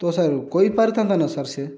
ତ ସାର୍ କହିପାରିଥାନ୍ତା ନା ସାର୍ ସିଏ